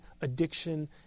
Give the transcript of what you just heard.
addiction